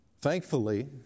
Thankfully